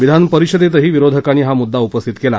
विधानपरिषदेतही विरोधकांनी हा मुद्दा उपस्थित केला